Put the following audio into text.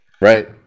Right